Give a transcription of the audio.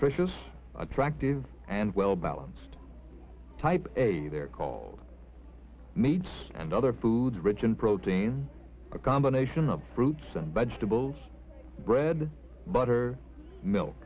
nutritious attractive and well balanced type a they're called maids and other foods rich in protein a combination of fruits and vegetables bread butter milk